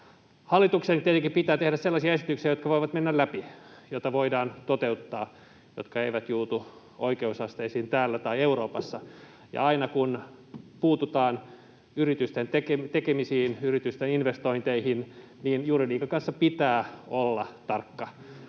Hallituksen tietenkin pitää tehdä sellaisia esityksiä, jotka voivat mennä läpi, joita voidaan toteuttaa, jotka eivät juutu oikeusasteisiin täällä tai Euroopassa, ja aina kun puututaan yritysten tekemisiin, yritysten investointeihin, niin juridiikan kanssa pitää olla tarkka.